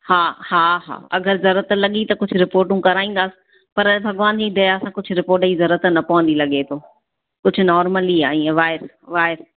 हा हाहा अगरि ज़रुअत लॻी त कुझु रिपॉटू कराइदसि पर भॻवानु जी दया सां कुझु रिपोट जी ज़रुअत न पवंदी लॻे थो कुझु नॉरमल ई आहे इय वाय वाय